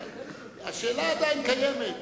אבל השאלה עדיין קיימת.